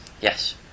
Yes